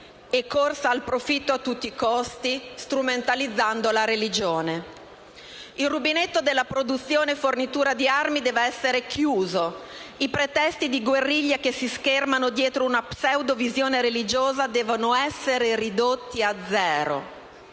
corsa al profitto a tutti i costi e sulla strumentalizzazione della religione. Il rubinetto della produzione e della fornitura di armi deve essere chiuso. I pretesti per la guerriglia, che si schermano dietro ad una pseudovisione religiosa, devono essere ridotti a zero.